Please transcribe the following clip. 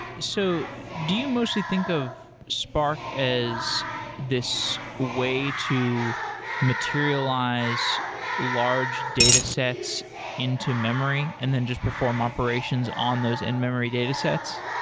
so do you mostly think of spark as this way to materialize large datasets into memory and then just perform operations on those in-memory datasets?